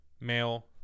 male